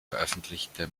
veröffentlichte